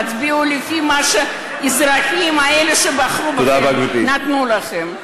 תצביעו לפי מה שהאזרחים האלה שבחרו בכם נתנו לכם.